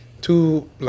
two